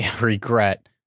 regret